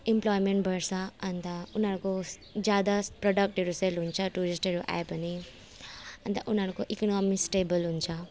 employment बढ्छ अन्त उनीहरूको ज्यादा प्रडक्टहरू सेल हुन्छ टुरिस्टहरू आयो भने अन्त उनीहरूको इकोनमिक्स स्टेबल हुन्छ